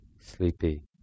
sleepy